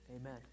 Amen